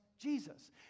Jesus